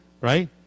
right